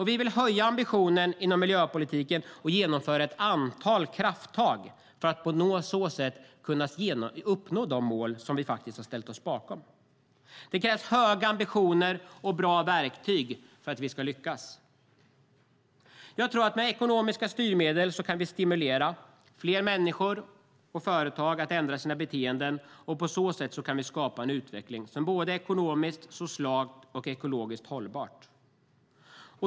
Vi vill höja ambitionen inom miljöpolitiken och genomföra ett antal krafttag för att på så sätt kunna uppnå de mål som vi har ställt oss bakom. Det krävs höga ambitioner och bra verktyg för att vi ska lyckas. Jag tror att med ekonomiska styrmedel kan vi stimulera fler människor och företag att ändra sina beteenden och på så sätt skapa en utveckling som är ekonomiskt, socialt och ekologiskt hållbar.